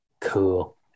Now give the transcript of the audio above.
Cool